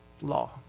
Law